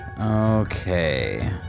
Okay